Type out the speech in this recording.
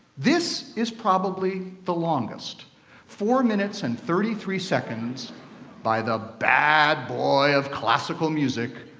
this is probably the longest four minutes and thirty three seconds by the bad boy of classical music,